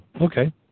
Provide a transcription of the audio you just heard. okay